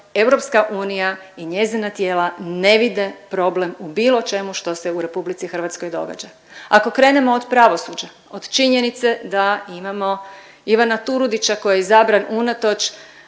ravnoteža EU i njezina tijela ne vide problem u bilo čemu što se u RH događa. Ako krenemo od pravosuđa, od činjenice da imamo Ivana Turudića koji je izabran unatoč